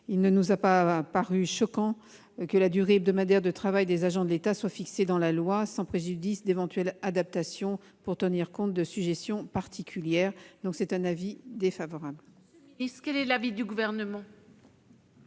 Il ne nous a pas paru choquant que la durée hebdomadaire de travail des agents de l'État soit fixée dans la loi, sans préjudice d'éventuelles adaptations pour tenir compte de sujétions particulières. L'avis est donc défavorable.